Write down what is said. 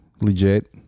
legit